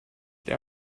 der